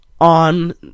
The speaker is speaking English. on